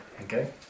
Okay